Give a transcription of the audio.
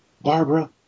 Barbara